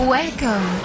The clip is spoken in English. Welcome